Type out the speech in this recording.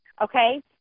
okay